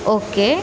okay